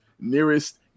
nearest